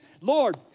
Lord